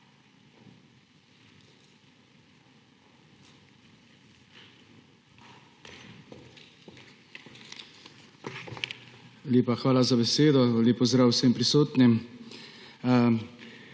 hvala za besedo. Lep pozdrav vsem prisotnim!